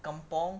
kampung